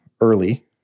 early